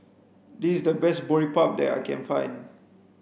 this is the best Boribap that I can find